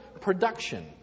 production